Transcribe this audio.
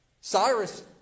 Cyrus